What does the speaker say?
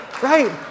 Right